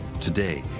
today,